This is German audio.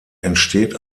entsteht